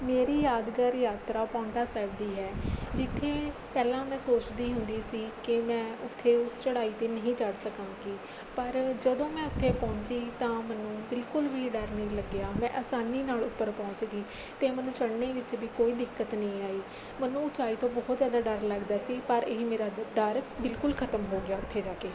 ਮੇਰੀ ਯਾਦਗਾਰ ਯਾਤਰਾ ਪਾਉਂਟਾ ਸਾਹਿਬ ਦੀ ਹੈ ਜਿੱਥੇ ਪਹਿਲਾਂ ਮੈਂ ਸੋਚਦੀ ਹੁੰਦੀ ਸੀ ਕਿ ਮੈਂ ਉੱਥੇ ਉਸ ਚੜ੍ਹਾਈ 'ਤੇ ਨਹੀਂ ਚੜ੍ਹ ਸਕਾਂਗੀ ਪਰ ਜਦੋਂ ਮੈਂ ਉੱਥੇ ਪਹੁੰਚੀ ਤਾਂ ਮੈਨੂੰ ਬਿਲਕੁਲ ਵੀ ਡਰ ਨਹੀਂ ਲੱਗਿਆ ਮੈਂ ਆਸਾਨੀ ਨਾਲ਼ ਉੱਪਰ ਪਹੁੰਚ ਗਈ ਅਤੇ ਮੈਨੂੰ ਚੜ੍ਹਨੇ ਵਿੱਚ ਵੀ ਕੋਈ ਦਿੱਕਤ ਨਹੀਂ ਆਈ ਮੈਨੂੰ ਉਚਾਈ ਤੋਂ ਬਹੁਤ ਜ਼ਿਆਦਾ ਡਰ ਲੱਗਦਾ ਸੀ ਪਰ ਇਹ ਮੇਰਾ ਡ ਡਰ ਬਿਲਕੁਲ ਖ਼ਤਮ ਹੋ ਗਿਆ ਉੱਥੇ ਜਾ ਕੇ